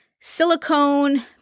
silicone